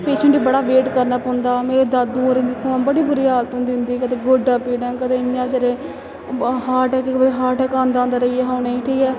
patient गी बड़ा wait करना पौंदा मेरे दादू होर दिक्खो हां बड़ी बुरी हालत होंदी उं'दी कदें गोड्डे पीड़ कदें इ'यां च हार्ट टैक हार्ट टैक आंदा आंदा रेही गेआ हा उ'नेंगी ठीक ऐ